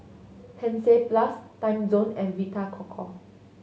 Hansaplast Timezone and Vita Coco